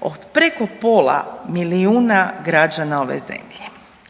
od preko pola milijuna građana ove zemlje.